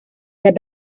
their